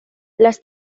las